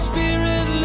Spirit